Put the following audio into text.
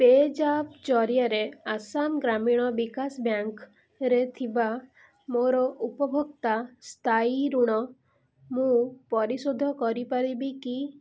ପେଜ app ଜରିଆରେ ଆସାମ ଗ୍ରାମୀଣ ବିକାଶ ବ୍ୟାଙ୍କ୍ରେ ଥିବା ମୋର ଉପଭୋକ୍ତା ସ୍ଥାୟୀ ଋଣ ମୁଁ ପରିଶୋଧ କରିପାରିବି କି